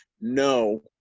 no